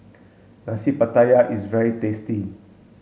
Nasi Pattaya is very tasty